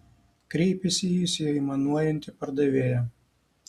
kreipėsi jis į aimanuojantį pardavėją